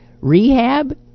Rehab